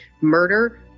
Murder